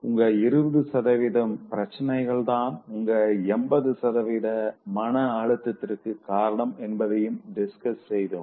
உங்க 20 பிரச்சினைகள்தான் உங்க 80 மன அழுத்தத்திற்கு காரணம் என்பதையும் டிஸ்கஸ் செய்தோம்